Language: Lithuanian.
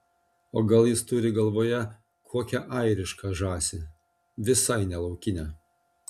o gal jis turi galvoje kokią airišką žąsį visai ne laukinę